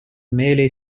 merely